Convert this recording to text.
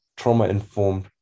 Trauma-informed